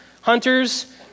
hunters